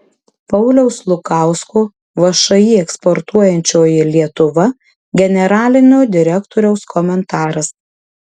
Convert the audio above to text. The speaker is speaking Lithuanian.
pauliaus lukausko všį eksportuojančioji lietuva generalinio direktoriaus komentaras